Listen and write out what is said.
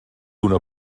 una